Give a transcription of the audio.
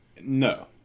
No